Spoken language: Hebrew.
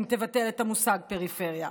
אם תבטל את המושג פריפריה?